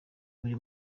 buri